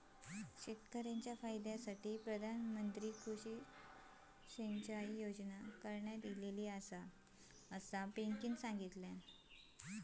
शेतकऱ्यांच्या फायद्यासाठी प्रधानमंत्री कृषी सिंचाई योजना करण्यात आली आसा, असा पिंकीनं सांगल्यान